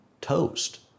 toast